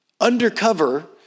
undercover